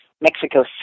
Mexico